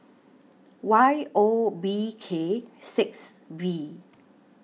Y O B K six V